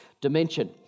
dimension